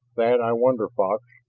that i wonder, fox,